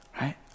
right